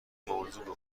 موضوع